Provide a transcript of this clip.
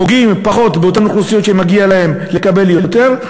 פוגעים פחות באותן אוכלוסיות שמגיע להן לקבל יותר,